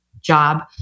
Job